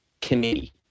committee